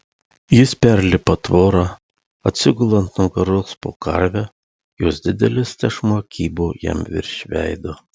jis perlipa tvorą atsigula ant nugaros po karve jos didelis tešmuo kybo jam virš veido